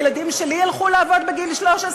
הילדים שלי ילכו לעבוד בגיל 13?